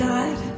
God